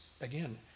again